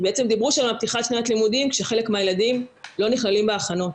ובעצם דיברו שם על פתיחת שנת הלימודים כשחלק מהילדים לא נכללים בהכנות.